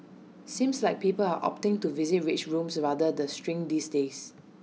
seems like people are opting to visit rage rooms rather the shrink these days